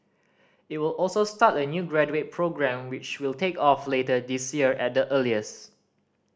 it will also start a new graduate programme which will take off later this year at the earliest